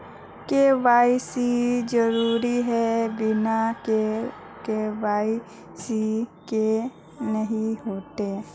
KYC जरुरी है बिना के.वाई.सी के नहीं होते?